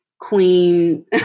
queen